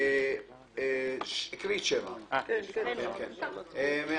בעד סעיף 7, 1 נגד, אין נמנעים, אין סעיף 7 אושר.